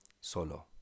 Solo